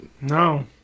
No